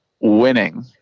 winning